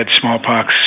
smallpox